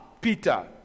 Peter